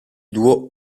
duo